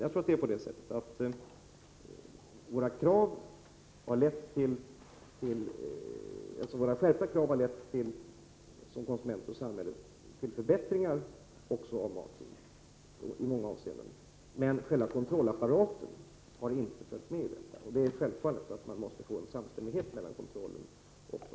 Våra skärpta krav har lett till förbättringar av livsmedlen i många avseenden. Men själva kontrollapparaten har inte följt med. Man måste självfallet få en samstämmighet mellan kontrollen och de krav vi ställer.